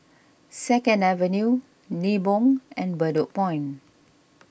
Second Avenue Nibong and Bedok Point